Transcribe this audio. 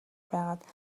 байгаад